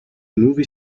movie